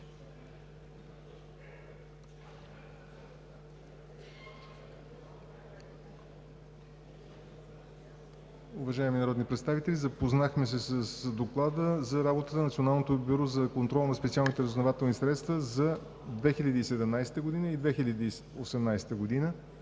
Уважаеми народни представители, запознахме се с Доклада за работата на Националното бюро за контрол на специалните разузнавателни средства за 2017 г. и 2018 г.